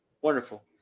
Wonderful